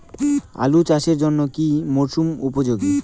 আলু চাষের জন্য কি মরসুম উপযোগী?